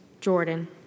Jordan